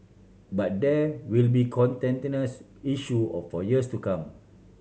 but there will be issue of for years to come